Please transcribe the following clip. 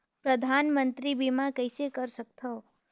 परधानमंतरी बीमा कइसे कर सकथव?